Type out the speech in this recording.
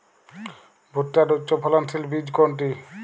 ভূট্টার উচ্চফলনশীল বীজ কোনটি?